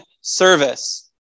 service